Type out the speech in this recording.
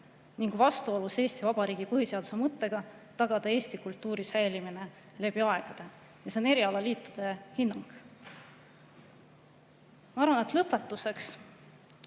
ning vastuolus Eesti Vabariigi põhiseaduse mõttega tagada eesti kultuuri säilimine läbi aegade. See on erialaliitude hinnang. Ma arvan, et lõpetuseks